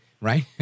Right